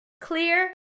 clear